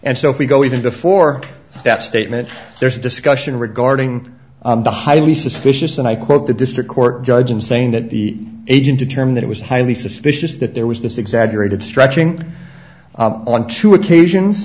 and so if we go even before that statement there is discussion regarding the highly suspicious and i quote the district court judge in saying that the agent determine that it was highly suspicious that there was this exaggerated stretching on two occasions